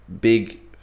big